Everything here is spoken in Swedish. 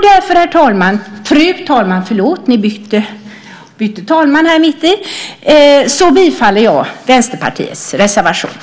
Därför, fru talman, yrkar jag bifall till Vänsterpartiets reservation.